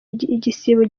igisibo